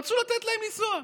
רצו לתת להם לנסוע.